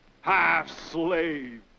half-slave